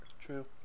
True